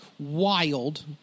wild